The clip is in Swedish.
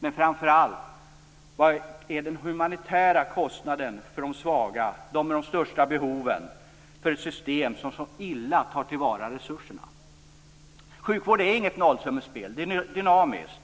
Och framför allt: Vad är den humanitära kostnaden för de svaga, för dem med de största behoven, för ett system som så illa tar till vara resurserna? Sjukvård är inget nollsummespel. Sjukvården är dynamisk.